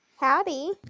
howdy